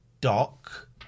doc